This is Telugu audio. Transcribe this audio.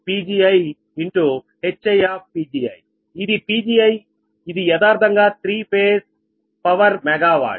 HiPgiఇది Pgi ఇది యదార్థంగా three phase power mega watt